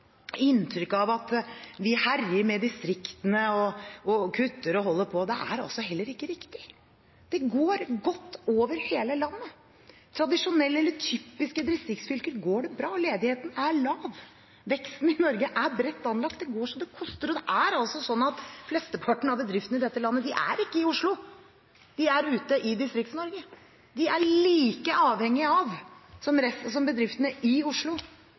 inntrykk av at vi herjer med distriktene og kutter og holder på. Det er heller ikke riktig. Det går godt over hele landet. I typiske distriktsfylker går det bra, ledigheten er lav. Veksten i Norge er bredt anlagt, det går så det koster etter. Og flesteparten av bedriftene i dette landet er ikke i Oslo. De er ute i Distrikts-Norge. De er like avhengige som bedriftene i Oslo av at vi har konkurransedyktige rammebetingelser, av at vi har skatter og avgifter som kan måle seg med rammebetingelsene i